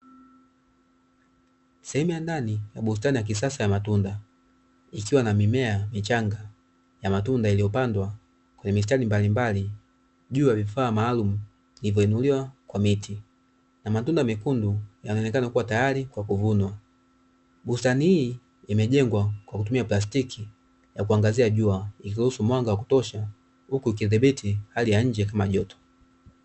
Sehemu ya ndani ya bustani ya kisasa ya matunda ikiwa na mimea michanga ya matunda iliyopandwa kwenye mistari mbalimbali juu ya vifaa maalumu vilivyoinuliwa kwa miti, na matunda mekundu yanaonekana tayari kwa kuvunwa. Bustani hii imejengwa kwa kutumia plastiki ya kuangazia jua, ikiruhusu mwanga wa kutosha huku ikidhibiti hali ya nje kama joto.